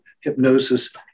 hypnosis